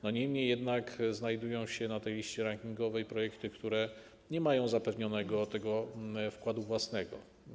Niemniej jednak znajdują się na tej liście rankingowej projekty, które nie mają zapewnionego wkładu własnego.